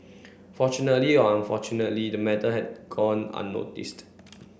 fortunately or unfortunately the matter had gone unnoticed